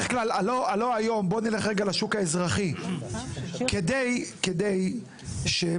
בואו נלך רגע לשוק האזרחי: כדי שמטופל